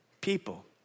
people